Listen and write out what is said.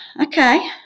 okay